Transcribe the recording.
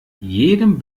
jedem